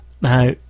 now